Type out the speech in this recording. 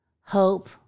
Hope